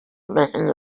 making